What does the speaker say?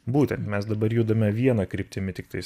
būtent mes dabar judame viena kryptimi tiktais